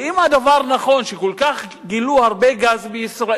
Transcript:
ואם נכון הדבר שגילו כל כך הרבה גז בישראל,